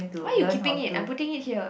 why you keeping it I'm putting it here